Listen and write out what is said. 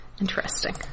Interesting